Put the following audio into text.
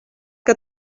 que